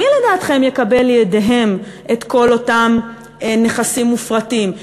מי לדעתכם יקבל לידיו את כל אותם נכסים מופרטים?